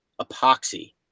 epoxy